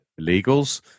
illegals